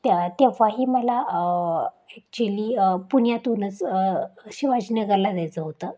त्या तेव्हाही मला ॲक्च्युली पुण्यातूनच शिवाजी नगरला जायचं होतं